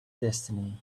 destiny